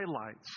highlights